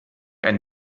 ein